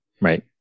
right